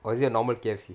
or is it a normal K_F_C